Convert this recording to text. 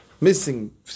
missing